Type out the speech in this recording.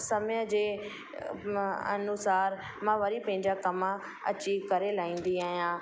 समय जे अनुसार मां वरी पंहिंजा कमु अची करे लाईंदी आहियां